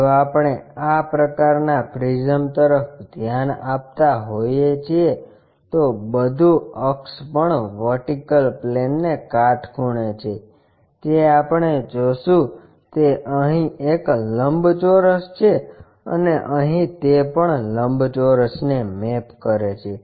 જો આપણે આ પ્રકારના પ્રિઝમ તરફ ધ્યાન આપતા હોઈએ છીએ તો બધું અક્ષ પણ વર્ટિકલ પ્લેનને કાટખૂણે છે જે આપણે જોશું તે અહીં એક લંબચોરસ છે અને અહીં તે પણ લંબચોરસને મેપ કરે છે